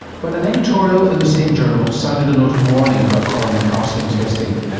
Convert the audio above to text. but an editorial in the same journal sounded a note of warning about coronary calcium testing.